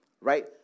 right